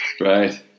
right